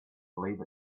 believe